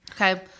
Okay